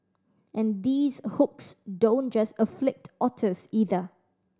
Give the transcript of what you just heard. and these hooks don't just afflict otters either